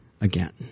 again